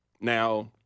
Now